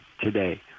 today